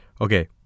okay